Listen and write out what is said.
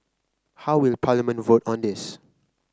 how will Parliament vote on this